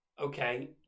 Okay